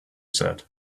said